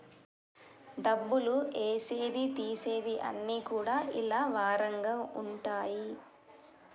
డబ్బులు ఏసేది తీసేది అన్ని కూడా ఇలా వారంగా ఉంటయి